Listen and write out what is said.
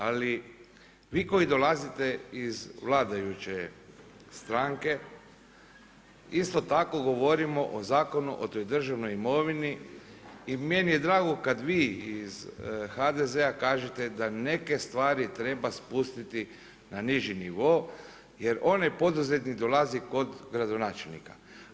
Ali vi koji dolazite iz vladajuće stranke isto tako govorimo o Zakonu o državnoj imovini i meni je drago kada vi iz HDZ-a kažete da neke stvari treba spustiti na niži nivo jer onaj poduzetnik dolazi kod gradonačelnika.